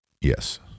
Yes